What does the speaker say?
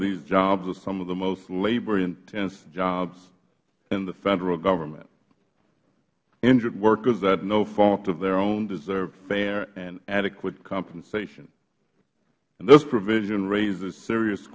these jobs are some of the most labor intense jobs in the federal government injured workers at no fault of their own deserve fair and adequate compensation this provision raises serious